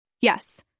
Yes